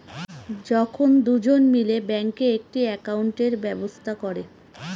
যখন দুজন মিলে ব্যাঙ্কে একটি একাউন্টের ব্যবস্থা করে